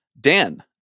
Dan